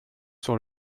sur